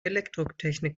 elektrotechnik